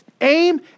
aim